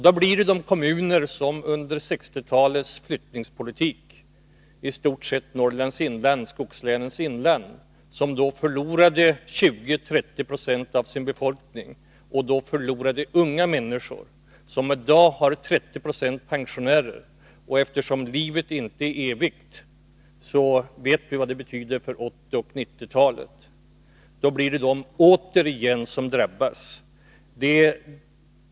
Då blir det de kommuner som under 1960-talets flyttningspolitik — i stort sett Norrlands inland, skogslänens inland — förlorade 20-30 Z av sin befolkning, främst unga människor, och som i dag har 30 26 pensionärer, som drabbas. Eftersom livet inte är evigt vet vi vad det betyder för 1980 och 1990-talen.